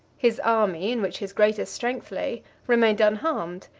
his army, in which his greatest strength lay, remained unharmed,